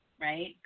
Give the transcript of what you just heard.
right